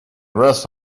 rest